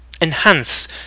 enhance